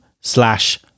slash